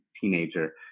teenager